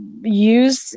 use